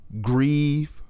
grieve